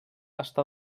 està